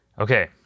okay